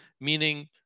meaning